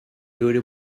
geure